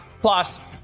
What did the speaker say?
Plus